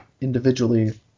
individually